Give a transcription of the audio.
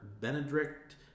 Benedict